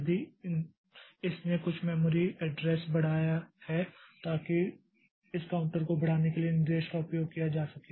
यदि इसने कुछ मेमोरी एड्रेस बढ़ाया है ताकि इस काउंटर को बढ़ाने के लिए निर्देश का उपयोग किया जा सके